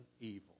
evil